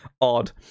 odd